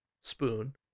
spoon